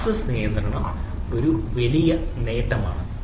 access നിയന്ത്രണം ഒരു വലിയ നേട്ടമാണ്